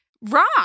wrong